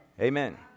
Amen